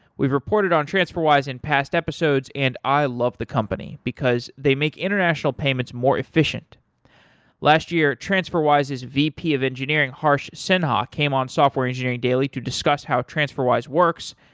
we've reported on transferwise in past episodes and i love the company, because they make international payments more efficient last year, transferwise's vp of engineering harsh sinha came on software engineering daily to discuss how transferwise works.